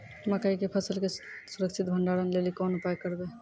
मकई के फसल के सुरक्षित भंडारण लेली कोंन उपाय करबै?